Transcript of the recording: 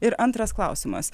ir antras klausimas